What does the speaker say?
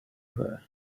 her